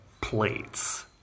plates